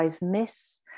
miss